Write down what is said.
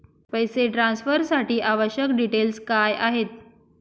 पैसे ट्रान्सफरसाठी आवश्यक डिटेल्स काय आहेत?